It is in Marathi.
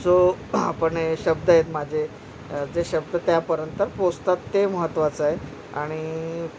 जो आपण शब्द आहे माझे जे शब्द त्यापर्यंत पोचतात ते महत्त्वाचं आहे आणि